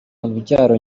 urubyaro